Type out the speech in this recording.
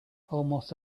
almost